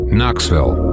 Knoxville